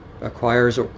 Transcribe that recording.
acquires